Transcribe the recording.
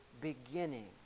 beginning